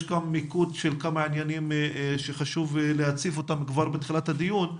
יש כאן מיקוד של כמה עניינים שחשוב להציף אותם כבר בתחילת הדיון.